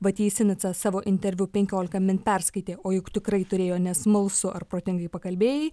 vat jei sinica savo interviu penkiolika min perskaitė o juk tikrai turėjo nes smalsu ar protingai pakalbėjai